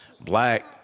Black